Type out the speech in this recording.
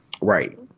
Right